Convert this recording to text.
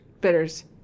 Bitters